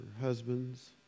husbands